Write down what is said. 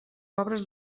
obres